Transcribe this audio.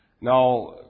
Now